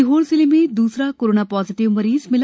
सीहोर जिले में दुसरा कोरोना पॉजिटिव मरीज मिला